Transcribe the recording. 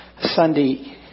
Sunday